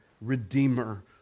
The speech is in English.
Redeemer